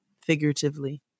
Figuratively